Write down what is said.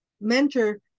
mentor